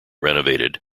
renovated